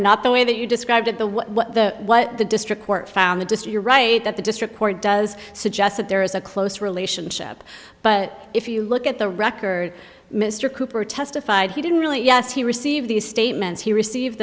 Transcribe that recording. not the way that you described it the what the what the district court found the destroy your right that the district court does suggest that there is a close relationship but if you look at the record mr cooper testified he didn't really yes he received these statements he received